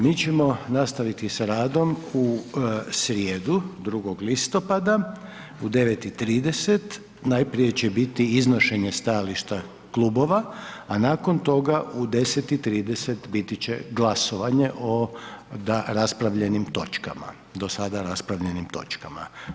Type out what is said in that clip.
Mi ćemo nastaviti sa radom u srijedu 2. listopada u 9,30h. Najprije će biti iznošenje stajališta klubova a nakon toga u 10,30 biti će glasovanje o raspravljenim točkama, do sada raspravljenim točkama.